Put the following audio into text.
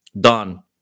done